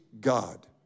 God